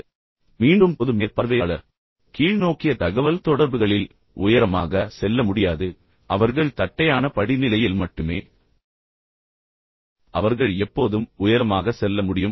இப்போது மீண்டும் பொது மேற்பார்வையாளர் கீழ்நோக்கிய தகவல்தொடர்புகளில் உயரமாக செல்ல முடியாது அவர்கள் தட்டையான படிநிலையில் மட்டுமே அவர்கள் எப்போதும் உயரமாக செல்ல முடியும்